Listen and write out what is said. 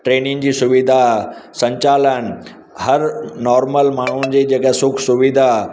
ट्रेनिनि जी सुविधा संचालनि हर नॉर्मल माण्हुनि जी जेकी सुखु सुविधा